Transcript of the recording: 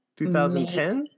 2010